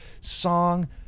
song